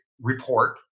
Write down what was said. report